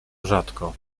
rzadko